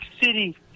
City